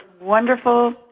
wonderful